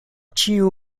ĉiu